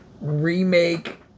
Remake